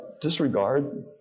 disregard